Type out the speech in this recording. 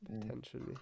potentially